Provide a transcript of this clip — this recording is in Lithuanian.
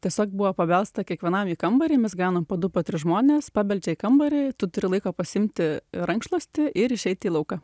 tiesiog buvo pabelsta kiekvienam į kambarį mes gaunam po du po tris žmones pabeldžia į kambarį tu turi laiko pasiimti rankšluostį ir išeiti į lauką